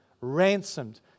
ransomed